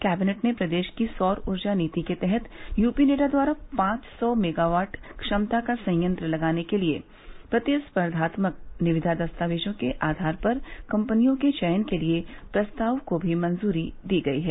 cabinet ने प्रदेश की सौर ऊर्जा नीति के तहत यूपीनेडा द्वारा पांच सौ मेगावाट क्षमता का संयंत्र लगाने के लिए प्रतिस्पर्धात्मक निविदा दस्तावेजों के आधार पर कंपनियों के चयन के लिए प्रस्ताव को भी मंजूरी दी गयी है